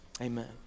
Amen